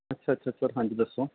ਅੱਛਾ ਅੱਛਾ ਅੱਛਾ ਹਾਂਜੀ ਦੱਸੋ